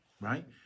Right